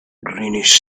greenish